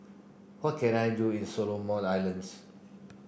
what can I do in Solomon Islands